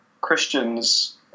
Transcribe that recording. Christians